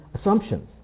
assumptions